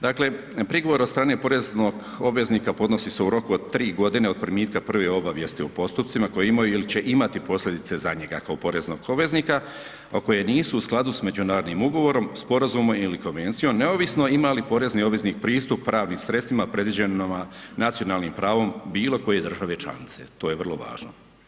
Dakle, prigovor od strane poreznog obveznika podnosi se u roku od 3 g. od primitka prve obavijesti o postupcima koji imaju ili će imati posljedice za njega kao poreznog obveznika a koje nisu u skladu sa međunarodnim ugovorom, sporazumom ili konvencijom neovisno ima li porezni obveznik pristup pravnim sredstvima predviđenima nacionalnim pravom bilokoje države članice, to je vrlo važno.